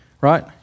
right